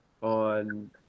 on